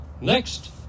Next